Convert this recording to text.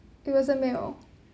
it was a male